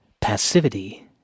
Passivity